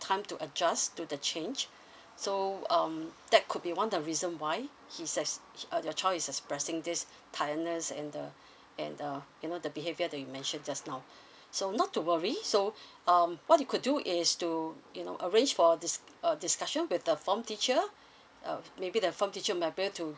time to adjust to the change so um that could be one of the reason why he's as he uh your child is expressing this tiredness and the and uh you know the behavior that you mentioned just now so not to worry so um what you could do is to you know arrange for this uh discussion with the form teacher uh maybe the form teacher might be able to